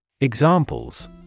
Examples